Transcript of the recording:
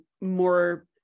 more